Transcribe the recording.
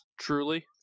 Truly